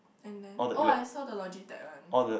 and then oh I saw the Logitech one